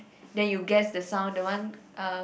then you guess the sound the one uh